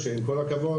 עם כל הכבוד,